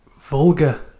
vulgar